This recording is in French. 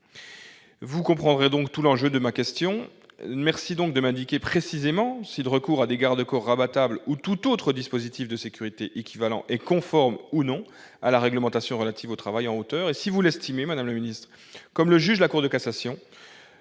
vous comprendrez donc tout l'enjeu de ma question. Je vous remercie de bien vouloir m'indiquer précisément si le recours à des garde-corps rabattables, ou à tout autre dispositif de sécurité équivalent, est conforme ou non à la réglementation relative au travail en hauteur. Si le Gouvernement l'estime ainsi, comme l'a jugé la Cour de cassation,